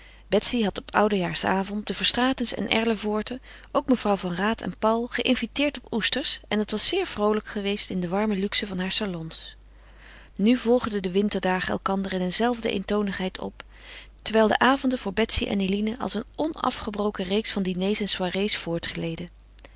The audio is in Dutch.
betsy had op oudejaarsavond de verstraetens en erlevoorten ook mevrouw van raat en paul geinviteerd op oesters en het was zeer vroolijk geweest in de warme luxe van haar salons nu volgden de winterdagen elkander in een zelfde eentonigheid op terwijl de avonden voor betsy en eline als een onafgebroken reeks van diners en